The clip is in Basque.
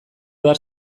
behar